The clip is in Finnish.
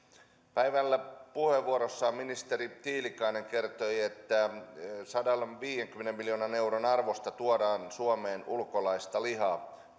päivällä puheenvuorossaan ministeri tiilikainen kertoi että sadanviidenkymmenen miljoonan euron arvosta tuodaan suomeen ulkolaista lihaa